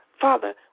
Father